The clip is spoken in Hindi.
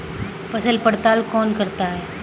फसल पड़ताल कौन करता है?